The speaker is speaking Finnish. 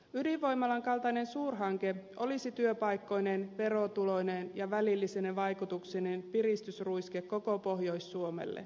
ydinvoimalan kaltainen suurhanke olisi työpaikkoineen verotuloineen ja välillisine vaikutuksineen piristysruiske koko pohjois suomelle